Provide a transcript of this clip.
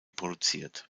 produziert